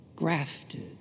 Grafted